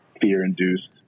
fear-induced